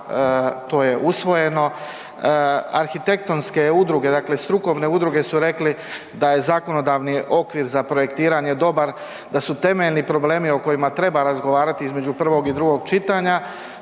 to je usvojeno. Arhitektonske udruge, dakle strukovne udruge su rekli da je zakonodavni okvir za projektiranje dobar, da su temeljni problemi o kojima treba razgovarati između prvog i drugog čitanja